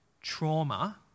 trauma